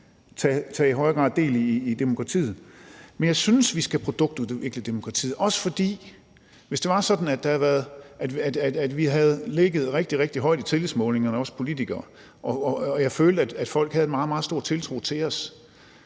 i højere grad tage del i demokratiet, men jeg synes, vi skal produktudvikle demokratiet. Hvis det var sådan, at vi havde ligget rigtig, rigtig højt i tillidsmålingerne, os politikere, og jeg følte, at folk havde meget stor tillid til os,